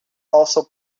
also